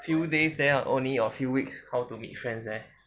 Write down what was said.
few days there only or few weeks how to make friends there